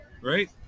right